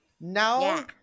Now